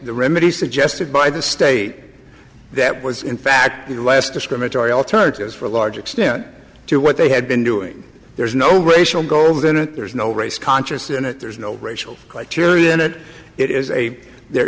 the remedy suggested by the state that was in fact the last discriminatory alternatives for a large extent to what they had been doing there's no racial goals in it there's no race conscious unit there's no racial like tyrian it it is a there